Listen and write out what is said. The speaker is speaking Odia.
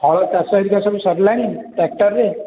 ହଳ ଚାଷ ହେରିକା ସବୁ ସରିଲାଣି ଟ୍ରାକ୍ଟରରେ